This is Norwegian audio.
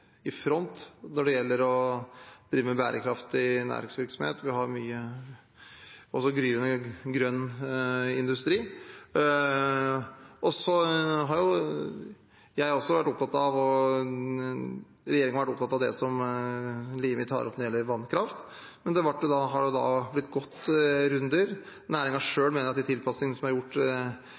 har også mye gryende grønn industri. Regjeringen og jeg har også vært opptatt av det som representanten Limi tar opp når det gjelder vannkraft, men det har blitt gått noen runder. Næringen selv mener at de tilpasningene som er gjort,